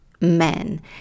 men